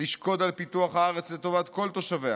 תשקוד על פיתוח הארץ לטובת כל תושביה,